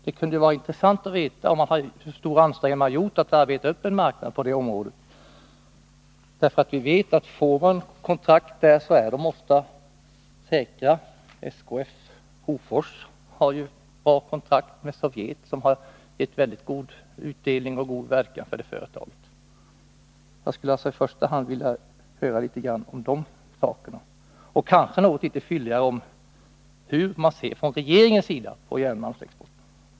Det skulle vara intressant att få veta hur stora ansträngningar man gjort för att arbeta upp en marknad inom detta område, ty vi vet att om man får kontrakt där är de ofta säkra. SKF och Hofors Bruk har ju haft kontakt med Sovjet, och detta har medfört en mycket god utdelning för dessa företag. Jag skulle därför i första hand vilja litet grand höra något om dessa saker och kanske få något litet fylligare besked om hur regeringen ser på järnmalmsexporten.